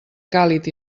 càlid